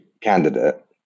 candidate